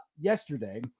yesterday